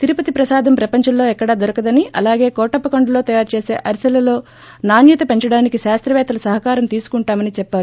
తిరుపతి ప్రసాదం ప్రపంచంలో ఎక్కడా దొరకదని అలాగే కోటప్పకోండలో తయారుచేసే అరిశలో నాణ్యత పెంచడానికి శాస్తవేత్తల సహకారం తీసుకుంటామని చెప్పారు